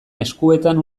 eskuetan